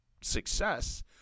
success